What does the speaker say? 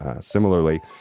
similarly